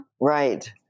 Right